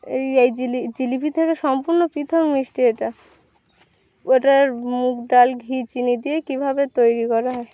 এই এই জিলি জিলিপি থেকে সম্পূর্ণ পৃথক মিষ্টি এটা ওটার মুগ ডাল ঘি চিনি দিয়ে কীভাবে তৈরি করা হয়